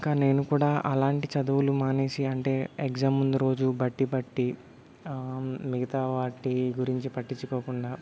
ఇంకా నేను కూడా అలాంటి చదువులు మానేసి అంటే ఎగ్జామ్ ముందు రోజు బట్టీ బట్టి మిగతా వాటి గురించి పట్టించుకోకుండా